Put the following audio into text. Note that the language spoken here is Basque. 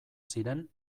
ziren